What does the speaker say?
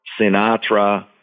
Sinatra